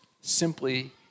simply